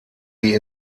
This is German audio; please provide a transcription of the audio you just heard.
die